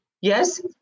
yes